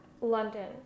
London